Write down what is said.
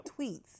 tweets